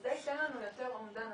זה ייתן לנו יותר אומדן.